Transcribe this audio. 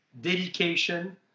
dedication